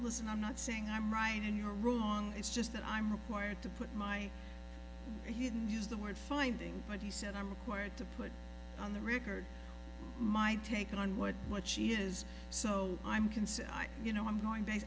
listen i'm not saying i'm right and you're wrong it's just that i'm required to put my he didn't use the word finding but he said i'm required to put on the record my take on what what she is so i'm concerned i you know i'm going ba